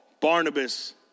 Barnabas